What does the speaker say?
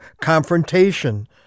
confrontation